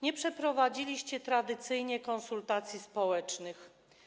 Nie przeprowadziliście tradycyjnych konsultacji społecznych.